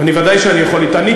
ודאי שאני יכול לטעון.